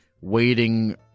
waiting